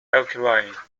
alkaline